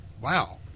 wow